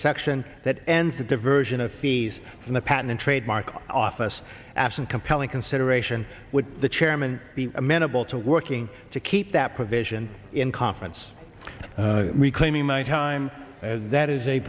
section that ends the diversion of fees in the patent and trademark office absent compelling consideration would the chairman be amenable to working to keep that provision in conference reclaiming my time as that is a